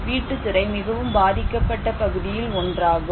வீட்டுத் துறை மிகவும் பாதிக்கப்பட்ட பகுதியில் ஒன்றாகும்